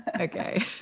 Okay